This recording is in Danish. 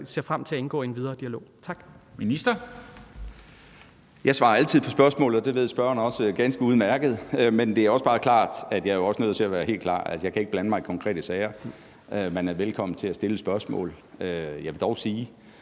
Kl. 13:28 Skatteministeren (Morten Bødskov): Jeg svarer altid på spørgsmål, og det ved spørgeren også ganske udmærket, men det er bare klart, at jeg jo også er nødt til at være helt klar på, at jeg ikke kan blande mig i konkrete sager. Man er velkommen til at stille et spørgsmål. Jeg vil dog sige,